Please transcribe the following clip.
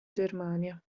germania